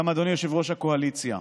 גם אדוני יושב-ראש הקואליציה: